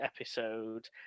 episode